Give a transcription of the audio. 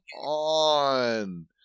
on